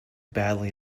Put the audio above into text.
badly